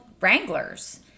wranglers